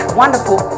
wonderful